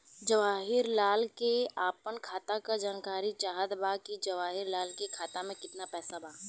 जवाहिर लाल के अपना खाता का जानकारी चाहत बा की जवाहिर लाल के खाता में कितना पैसा बा?